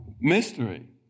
Mystery